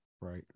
right